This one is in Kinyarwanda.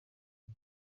ati